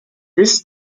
this